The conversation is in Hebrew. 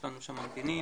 יש לנו שם ממתינים,